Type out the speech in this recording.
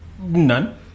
None